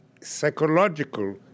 psychological